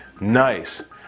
Nice